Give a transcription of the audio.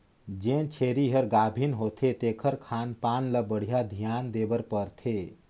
जेन छेरी हर गाभिन होथे तेखर खान पान ल बड़िहा धियान देहे बर परथे